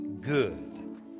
good